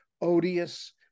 odious